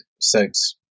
sex